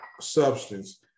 substance